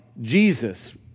Jesus